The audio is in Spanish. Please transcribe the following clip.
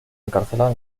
encarcelada